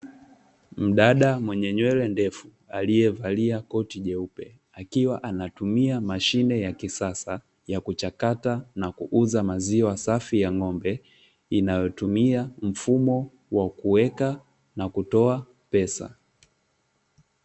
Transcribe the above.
Mdada mwenye nywele ndefu aliyevalia koti jeupe, akiwa anatumia mashine ya kisasa ya kuchakata na kuuza maziwa safi ya ng'ombe, inayotumia mfumo wa kuweka na kutoa pesa.